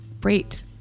Great